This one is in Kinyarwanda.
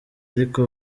ariko